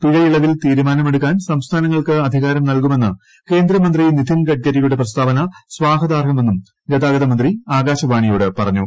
പിഴയിളവിൽ തീരുമാനമെടുക്കാൻ സംസ്ഥാനങ്ങൾക്ക് അധികാരം നൽകുമെന്ന് കേന്ദ്രമന്ത്രി നിധിൻ ഗഡ്കരിയുടെ പ്രസ്താവന സ്വാഗതാർഹമെന്നും ഗതാഗതമന്ത്രി ആകാശവാണിയോട് പറഞ്ഞു